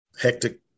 hectic